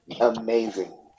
amazing